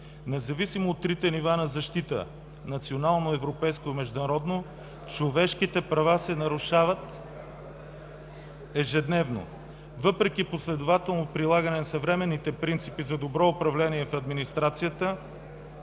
Независимо от трите нива на защита – национално, европейско и международно, човешките права се нарушават ежедневно. Въпреки последователно прилагане на съвременните принципи за добро управление в администрацията,